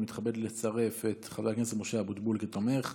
אני מתכבד להוסיף את חבר הכנסת משה אבוטבול כתומך,